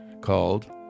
called